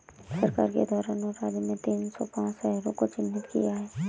सरकार के द्वारा नौ राज्य में तीन सौ पांच शहरों को चिह्नित किया है